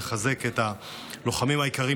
לחזק את הלוחמים היקרים,